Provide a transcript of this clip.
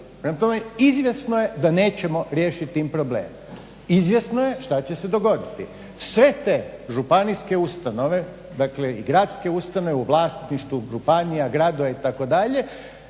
Prema tome, izvjesno je da nećemo riješiti tim problem. Izvjesno je šta će se dogoditi, sve te županijske ustanove i gradske ustanove u vlasništvu županija, gradova itd.,